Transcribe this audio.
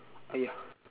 uh ya